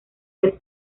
del